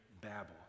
Babel